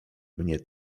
mnie